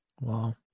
Wow